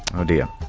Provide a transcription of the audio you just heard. oh dear.